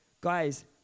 Guys